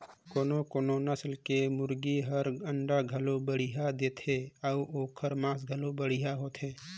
कोनो कोनो नसल के मुरगी हर अंडा घलो बड़िहा देथे अउ ओखर मांस घलो बढ़िया होथे